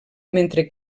mentre